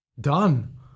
done